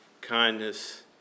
kindness